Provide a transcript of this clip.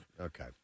Okay